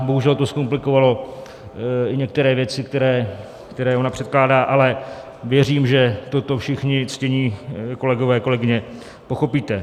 Bohužel to zkomplikovalo i některé věci, které ona předkládá, ale věřím, že toto všichni, ctění kolegové a kolegyně, pochopíte.